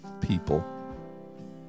people